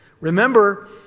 Remember